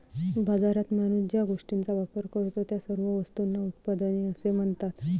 बाजारात माणूस ज्या गोष्टींचा वापर करतो, त्या सर्व वस्तूंना उत्पादने असे म्हणतात